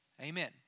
Amen